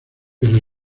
pero